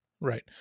right